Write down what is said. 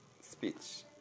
speech